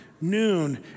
noon